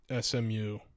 SMU